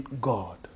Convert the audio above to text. God